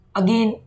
again